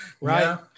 Right